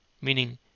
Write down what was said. Meaning